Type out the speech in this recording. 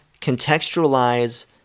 contextualize